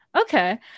Okay